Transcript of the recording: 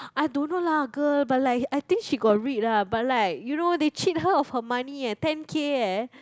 I don't know lah girl but like I think she got read lah but like you know they cheat her of her money eh ten K eh